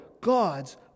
God's